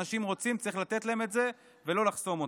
אנשים רוצים, צריך לתת להם את זה ולא לחסום אותם.